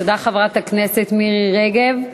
תודה לחברת הכנסת מירי רגב.